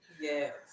Yes